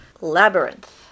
Labyrinth